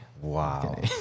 Wow